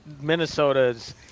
Minnesota's